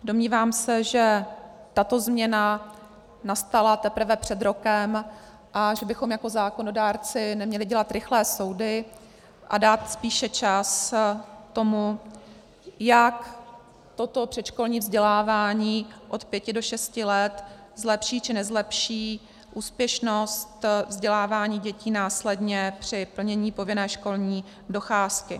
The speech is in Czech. Domnívám se, že tato změna nastala teprve před rokem a že bychom jako zákonodárci neměli dělat rychlé soudy a dát spíše čas tomu, jak toto předškolní vzdělávání od pěti do šesti let zlepší či nezlepší úspěšnost vzdělávání dětí následně při plnění povinné školní docházky.